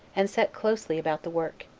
and set closely about the work.